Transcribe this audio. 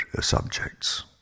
subjects